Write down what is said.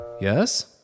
Yes